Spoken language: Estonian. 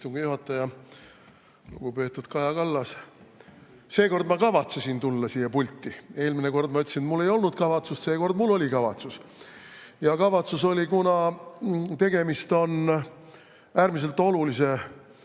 Seekord ma kavatsesin tulla siia pulti, eelmine kord ma ütlesin, mul ei olnud kavatsust, seekord mul oli kavatsus. Ja kavatsus oli, kuna tegemist on äärmiselt olulise